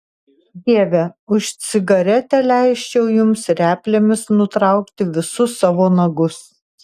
dieve už cigaretę leisčiau jums replėmis nutraukti visus savo nagus